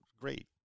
great